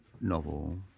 novel